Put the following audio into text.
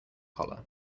collar